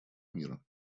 мира